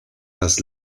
las